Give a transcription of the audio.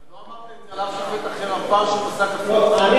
לכן,